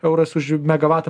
euras už megavatą